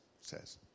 says